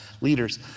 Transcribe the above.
leaders